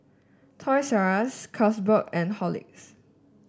Toys R Us Carlsberg and Horlicks